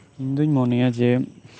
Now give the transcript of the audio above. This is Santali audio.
ᱤᱧᱫᱚᱧ ᱢᱚᱱᱮᱭᱟ ᱡᱮ